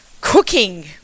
cooking